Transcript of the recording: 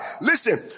Listen